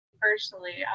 personally